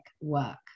work